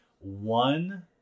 one